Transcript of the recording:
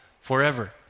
forever